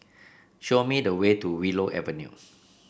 show me the way to Willow Avenue